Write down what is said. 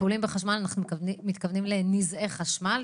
טיפולים בחשמל אנחנו מתכוונים לנזעי חשמל,